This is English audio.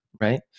right